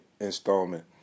installment